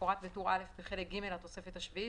כמפורט בטור א' בחלק ג' לתוספת השביעית,